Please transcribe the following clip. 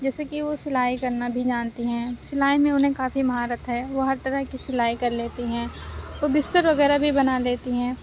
جیسے کہ وہ سلائی کرنا بھی جانتی ہیں سلائی میں انہیں کافی مہارت ہے وہ ہر طرح کی سلائی کر لیتی ہیں وہ بستر وغیرہ بھی بنا لیتی ہیں